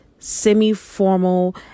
semi-formal